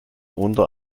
unter